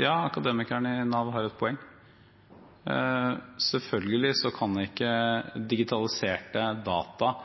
Ja, Akademikerne i Nav har et poeng. Selvfølgelig kan ikke digitaliserte data